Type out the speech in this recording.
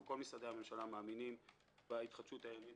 כל משרדי הממשלה מאמינים בהתחדשות העירונית